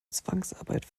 zwangsarbeit